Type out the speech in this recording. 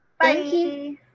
Bye